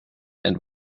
and